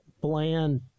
bland